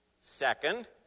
Second